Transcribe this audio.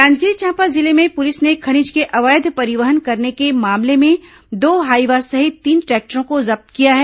जांजगीर चांपा जिले में पुलिस ने खनिज के अवैध परिवहन करने के मामले में दो हाईवा सहित तीन टैक्ट्ररों को जब्त किया है